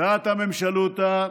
ואתא ממשלותא,